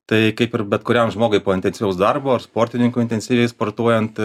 tai kaip ir bet kuriam žmogui po intensyvaus darbo ar sportininkui intensyviai sportuojant